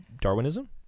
Darwinism